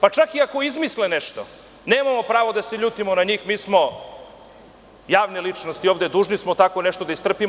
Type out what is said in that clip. Pa čak i ako izmisle nešto, nemamo pravo da se ljutimo na njih, mi smo javne ličnosti i dužni smo tako nešto da istrpimo.